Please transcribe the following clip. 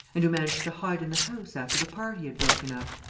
and who managed to hide in the house after the party had broken up.